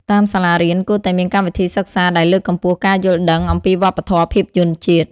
តាមសាលារៀន គួរតែមានកម្មវិធីសិក្សាដែលលើកកម្ពស់ការយល់ដឹងអំពីវប្បធម៌ភាពយន្តជាតិ។